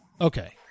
Okay